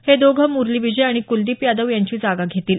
हे दोघं मुरली विजय आणि कुलदीप यादव यांची जागा घेतील